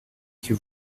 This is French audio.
que